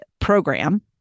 program